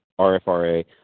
RFRA